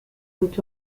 roots